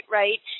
right